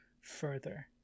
further